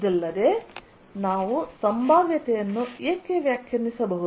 ಇದಲ್ಲದೆ ನಾವು ಸಂಭಾವ್ಯತೆಯನ್ನು ಏಕೆ ವ್ಯಾಖ್ಯಾನಿಸಬಹುದು